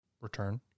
return